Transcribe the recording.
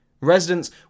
Residents